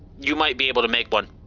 you might be able to make one.